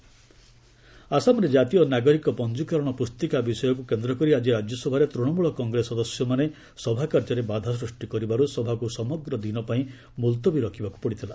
RS adjourn ଆସାମରେ ଜାତୀୟ ନାଗରିକ ପଞ୍ଜୀକରଣ ପୁସ୍ତିକା ବିଷୟକୁ କେନ୍ଦ୍ରକରି ଆକି ରାଜ୍ୟସଭାରେ ତୂଶମ୍ବଳ କଂଗ୍ରେସ ସଦସ୍ୟମାନେ ସଭାକାର୍ଯ୍ୟରେ ବାଧା ସୃଷ୍ଟି କରିବାରୁ ସଭାକୁ ସମଗ୍ର ଦିନ ପାଇଁ ମୁଲତବୀ ରଖିବାକୁ ପଡ଼ିଥିଲା